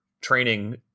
training